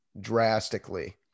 drastically